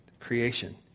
creation